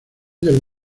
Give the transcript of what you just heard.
del